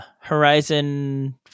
Horizon